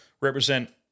represent